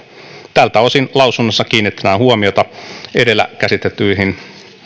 tältä osin lausunnossa kiinnitetään huomiota edellä käsiteltyihin